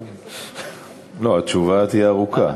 לא, התשובה תהיה ארוכה.